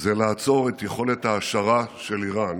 זה לעצור את יכולת ההעשרה של איראן